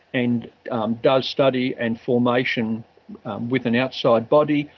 and does study and formation with an outside body,